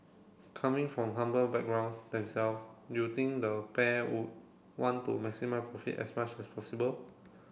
coming from humble backgrounds them self you think the pair would want to maximise profits as much as possible